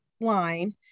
line